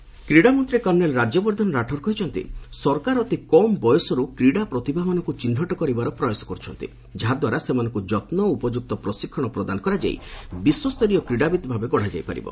ରାଠୋଡ୍ ସ୍କୋର୍ଟସ୍ କ୍ରୀଡ଼ାମନ୍ତ୍ରୀ କର୍ଷ୍ଣେଲ୍ ରାଜ୍ୟବର୍ଦ୍ଧନ ରାଠୋର୍ କହିଛନ୍ତି ସରକାର ଅତି କମ୍ ବୟସରୁ କ୍ରୀଡ଼ା ପ୍ରତିଭାାମାନଙ୍କୁ ଚିହ୍ନଟ କରିବାର ପ୍ରୟାସ କରୁଛନ୍ତି ଯାହାଦ୍ୱାରା ସେମାନଙ୍କୁ ଯତ୍ନ ଓ ଉପଯୁକ୍ତ ପ୍ରଶିକ୍ଷଣ ପ୍ରଦାନ କରାଯାଇ ବଶ୍ୱସ୍ତରୀୟ କ୍ରୀଡ଼ାବିତ୍ ଭାବେ ଗଡ଼ାଯାଇପାରିବ